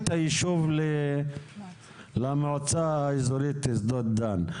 את היישוב למועצה האזורית שדות דן.